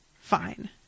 Fine